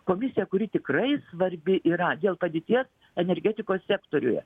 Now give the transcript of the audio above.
komisiją kuri tikrai svarbi yra dėl padėties energetikos sektoriuje